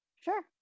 sure